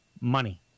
money